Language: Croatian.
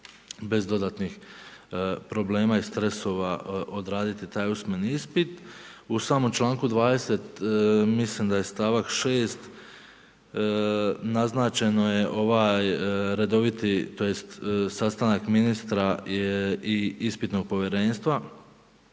bez dodatnih problema i stresova odraditi taj usmeni ispit. U samom članku 20. mislim da je stavak 6. naznačeno je ovaj redoviti, tj. sastanak ministra i ispitnog povjerenstva,